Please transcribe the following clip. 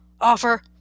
offer